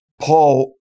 Paul